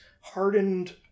hardened